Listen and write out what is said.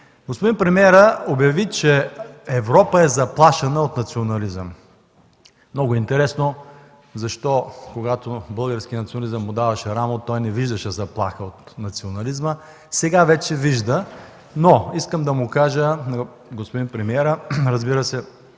Господин премиерът обяви, че Европа е заплашена от национализъм. Много е интересно защо, когато българският национализъм му даваше рамо, той не виждаше заплаха от него, а сега вече вижда. Искам да кажа на господин премиера – разбира се